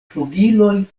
flugiloj